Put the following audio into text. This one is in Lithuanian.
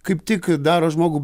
kaip tik daro žmogų